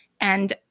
And-